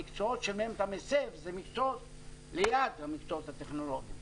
המקצועות שמהם אתה מסב הם מקצועות ליד המקצועות הטכנולוגיים,